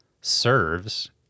serves